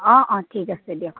অ' অ' ঠিক আছে দিয়ক